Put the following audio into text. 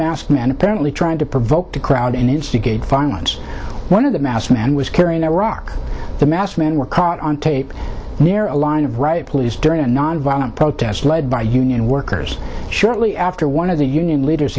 masked men apparently trying to provoke the crowd and instigate violence one of the mass man was carrying iraq the masked men were caught on tape near a line of riot police during a nonviolent protest led by union workers shortly after one of the union leaders